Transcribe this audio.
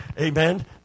amen